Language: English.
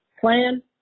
plan